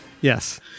Yes